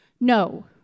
No